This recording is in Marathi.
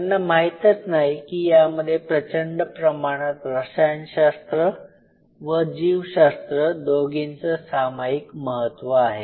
त्यांना माहीतच नाही की यामध्ये प्रचंड प्रमाणात रसायनशास्त्र आणि जीवशास्त्र दोघींचं सामाईक महत्त्व आहे